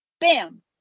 bam